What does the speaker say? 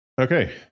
Okay